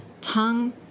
tongue